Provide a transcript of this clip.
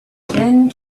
then